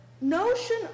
notion